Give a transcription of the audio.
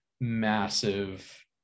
massive